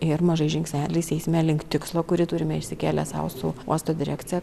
ir mažais žingsneliais eisime link tikslo kurį turime išsikėlę sau su uosto direkcija